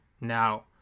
Now